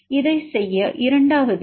இதைச் செய்ய இரண்டாவது இது 2